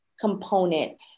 component